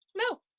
No